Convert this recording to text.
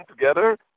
together